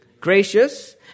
Gracious